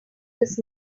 his